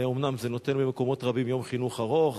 אומנם זה נותן במקומות רבים יום חינוך ארוך,